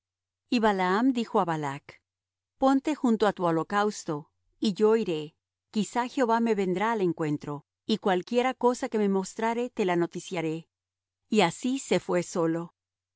y balaam dijo á balac ponte junto á tu holocausto y yo iré quizá jehová me vendrá al encuentro y cualquiera cosa que me mostrare te la noticiaré y así se fué solo y